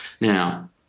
Now